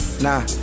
nah